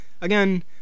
Again